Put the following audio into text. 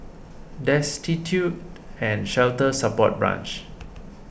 Destitute and Shelter Support Branch